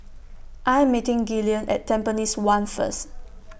I Am meeting Gillian At Tampines one First